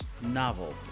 novel